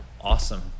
awesome